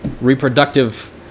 reproductive